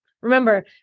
Remember